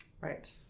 Right